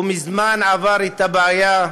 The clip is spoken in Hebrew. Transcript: הוא מזמן עבר את הבעיה,